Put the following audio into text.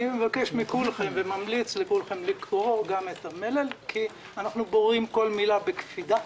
אני ממליץ לכולכם לקרוא גם את המלל כי אנחנו בוררים כל מילה בקפידה